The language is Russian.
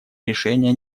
решения